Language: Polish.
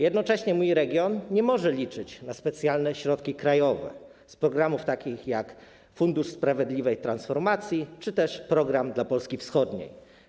Jednocześnie mój region nie może liczyć na specjalne środki krajowe z takich programów jak fundusz sprawiedliwej transformacji czy też program dla Polski Wschodniej.